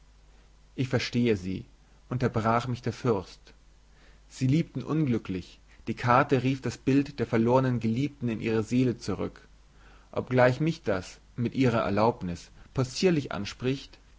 ich verstehe sie unterbrach mich der fürst sie liebten unglücklich die karte rief das bild der verlornen geliebten in ihre seele zurück obgleich mich das mit ihrer erlaubnis possierlich anspricht